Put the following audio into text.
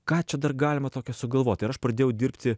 ką čia dar galima tokio sugalvot ir aš pradėjau dirbti